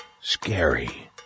scary